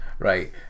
Right